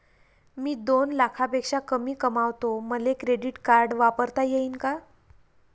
मी दोन लाखापेक्षा कमी कमावतो, मले क्रेडिट कार्ड वापरता येईन का?